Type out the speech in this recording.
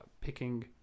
picking